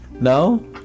No